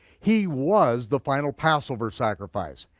he was the final passover sacrifice.